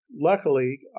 Luckily